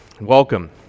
welcome